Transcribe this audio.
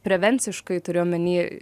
prevenciškai turiu omeny